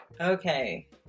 Okay